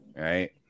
right